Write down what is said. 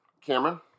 Cameron